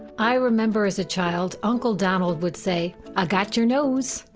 i remember as a child, uncle donald would say, i got your nose!